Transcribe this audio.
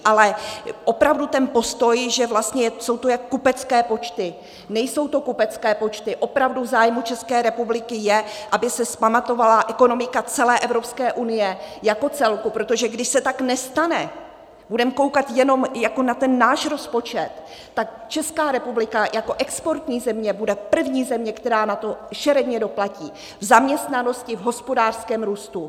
Ale opravdu ten postoj, že vlastně jsou to kupecké počty nejsou to kupecké počty, opravdu v zájmu České republiky je, aby se vzpamatovala ekonomika celé Evropské unie jako celku, protože když se tak nestane, budeme koukat jenom jako na ten náš rozpočet, tak Česká republika jako exportní země bude první země, která na to šeredně doplatí v zaměstnanosti, v hospodářském růstu.